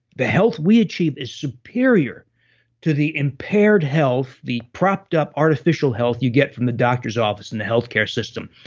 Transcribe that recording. the health we achieve is superior to the impaired health, the propped up artificial health you get from the doctor's office and the healthcare system.